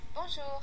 Bonjour